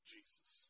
Jesus